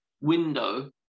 window